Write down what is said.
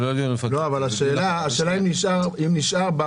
אתה אומר: